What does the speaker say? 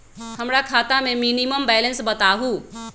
हमरा खाता में मिनिमम बैलेंस बताहु?